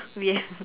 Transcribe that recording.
we